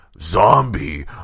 zombie